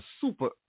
super